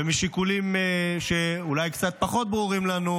ומשיקולים שאולי קצת פחות ברורים לנו,